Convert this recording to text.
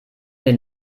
den